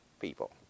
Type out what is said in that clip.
people